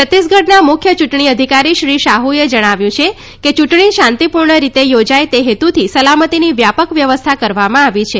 છત્તીસગઢના મુખ્ય ચૂંટણી અધિકારી શ્રી શાહૂએ જણાવ્યું છે કે ચૂંટણી શાંતિપૂર્ણ રીતે યોજાય તે હેતુથી સલામતીની વ્યાપક વ્યવસ્થા કરવામાં આવી છે